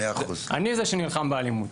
אני זה שנלחם באלימות.